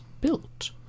built